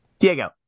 Diego